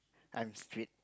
I'm strict